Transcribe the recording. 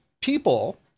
people